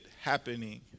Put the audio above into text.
happening